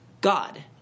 God